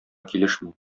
килешми